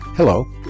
Hello